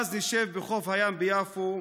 ואז נשב בחוף הים ביפו,